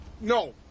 no